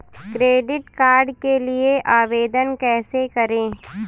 Credit card के लिए आवेदन कैसे करें?